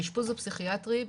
האשפוז הפסיכיאטרי,